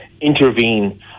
intervene